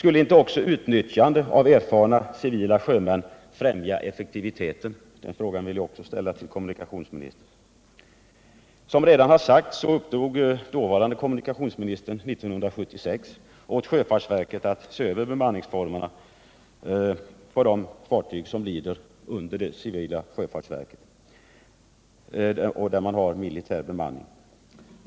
Skulle inte också utnyttjande av erfarna civila sjömän främja effektiviteten? Den frågan vill jag också ställa till kommunikationsministern. Som redan har sagts uppdrog dåvarande kommunikationsministern 1976 åt sjöfartsverket att se över bemanningsformerna på de fartyg som lyder under det civila sjöfartsverket och som har militär bemanning.